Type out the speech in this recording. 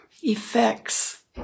effects